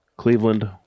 Cleveland